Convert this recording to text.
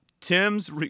Tim's